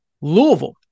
Louisville